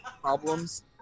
problems